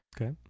Okay